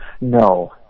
No